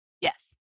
Yes